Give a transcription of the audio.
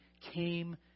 came